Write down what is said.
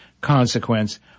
consequence